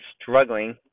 struggling